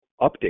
update